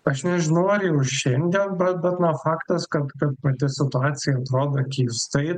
aš nežinau ar jau šiandien bet bet na faktas kad kad pati situacija atrodo keistai